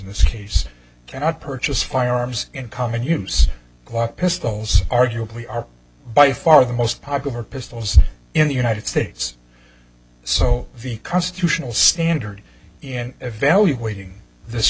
this case cannot purchase firearms in common use qua pistols arguably are by far the most popular pistols in the united states so the constitutional standard in evaluating this